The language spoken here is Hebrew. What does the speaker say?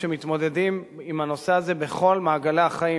שמתמודדים עם הנושא הזה בכל מעגלי החיים,